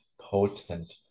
potent